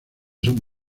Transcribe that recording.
son